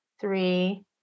three